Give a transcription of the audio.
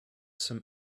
some